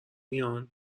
میان